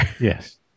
yes